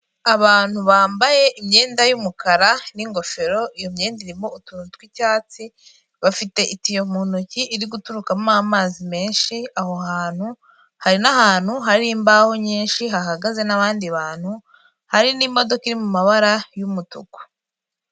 Abantu bambaye imyenda y'umukara n'ingofero, iyo myenda irimo utuntu tw'icyatsi, bafite itiyo mu ntoki iri guturukamo amazi menshi aho hantu, hari n'ahantu hari imbaho nyinshi, hahagaze n'abandi bantu, hari n'imodoka iri mu mabara y'umutuku.